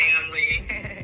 family